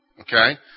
Okay